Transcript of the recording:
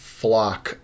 flock